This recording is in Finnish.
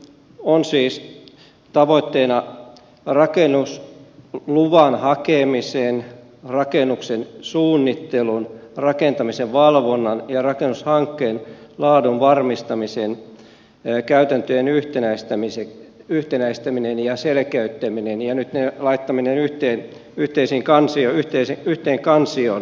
hallituksen esityksen tavoitteena on siis rakennusluvan hakemisen rakennuksen suunnittelun rakentamisen valvonnan ja rakennushankkeen laadun varmistamisen käytäntöjen yhtenäistäminen ja selkeyttäminen ja nyt näiden asioiden laittaminen yhteen kansioon